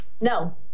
No